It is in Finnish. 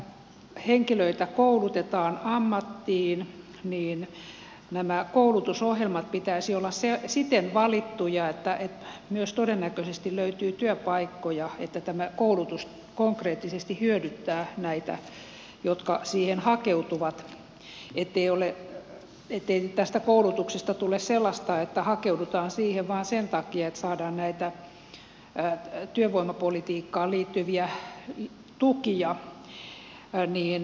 kun henkilöitä koulutetaan ammattiin niin koulutusohjelmien pitäisi olla siten valittuja että myös todennäköisesti löytyy työpaikkoja että tämä koulutus konkreettisesti hyödyttää näitä jotka siihen hakeutuvat eikä tästä koulutuksesta tule sellaista että hakeudutaan siihen vain sen takia että saadaan näitä työvoimapolitiikkaan liittyviä tukia